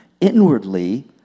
inwardly